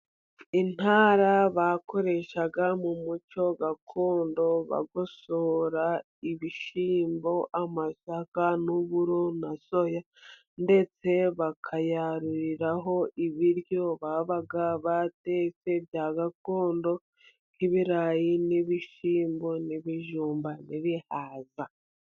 Intara bakoresha mu muco gakondo, bagosora ibishyimbo, amasaka, n'uburo, nasoya, ndetse bakayaruriraho ibiryo baba batetse bya gakondo nk'ibirayi, n'ibishyimbo, n'ibijumba, bibihaza.